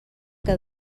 que